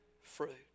fruit